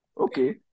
Okay